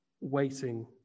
waiting